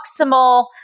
proximal